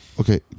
okay